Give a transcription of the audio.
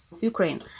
Ukraine